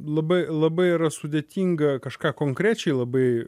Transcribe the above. labai labai yra sudėtinga kažką konkrečiai labai